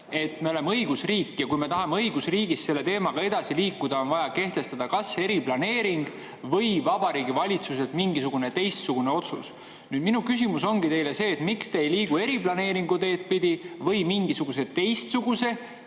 et me oleme õigusriik, ja kui me tahame õigusriigis selle teemaga edasi liikuda, on vaja kehtestada kas eriplaneering või Vabariigi Valitsuse mingisugune teistsugune otsus. Minu küsimus teile ongi see: miks te ei liigu eriplaneeringu teed pidi või mingisuguse teistsuguse